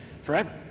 forever